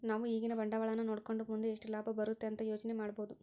ನಾವು ಈಗಿನ ಬಂಡವಾಳನ ನೋಡಕಂಡು ಮುಂದೆ ಎಷ್ಟು ಲಾಭ ಬರುತೆ ಅಂತ ಯೋಚನೆ ಮಾಡಬೋದು